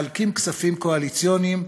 מחלקים כספים קואליציוניים,